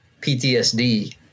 PTSD